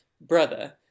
brother